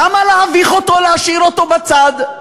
למה להביך אותו, להשאיר אותו בצד?